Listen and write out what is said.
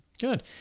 Good